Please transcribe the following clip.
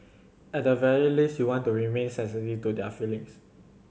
at the very least you want to remain sensitive to their feelings